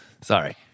Sorry